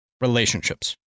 relationships